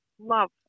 love